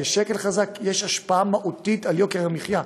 לשקל חזק יש השפעה מהותית על יוקר המחיה,